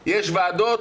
יש ועדות.